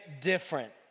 different